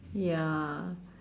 ya